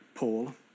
Paul